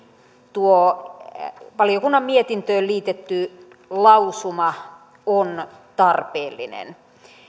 tuo valiokunnan mietintöön liitetty lausuma on tarpeellinen